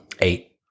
Eight